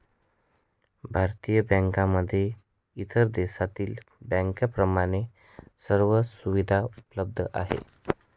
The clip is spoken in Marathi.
भारतीय बँकांमध्ये इतर देशातील बँकांप्रमाणे सर्व सुविधा उपलब्ध आहेत